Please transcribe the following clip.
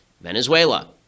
Venezuela